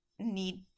need